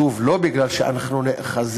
שוב, לא כי אנחנו נאחזים